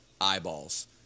eyeballs